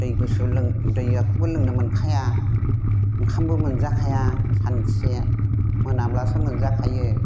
दै गुसु दैआखौबो लोंनो मोनखाया ओंखामबो मोनजाखाया सानसे मोनाब्लासो मोनजा खायो